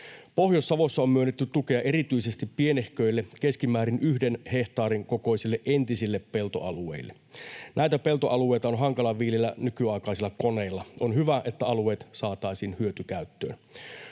Pohjois-Savossa on myönnetty tukea erityisesti pienehköille, keskimäärin yhden hehtaarin kokoisille entisille peltoalueille. Näitä peltoalueita on hankala viljellä nykyaikaisilla koneilla. On hyvä, että alueet saataisiin hyötykäyttöön.